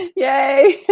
yay,